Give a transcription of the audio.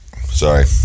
sorry